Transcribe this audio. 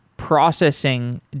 processing